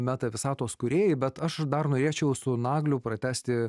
meta visatos kūrėjai bet aš dar norėčiau su nagliu pratęsti